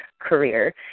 career